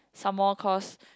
some more caused